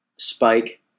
Spike